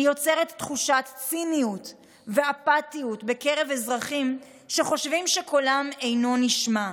היא יוצרת תחושת ציניות ואפתיות בקרב אזרחים שחושבים שקולם אינו נשמע,